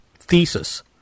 thesis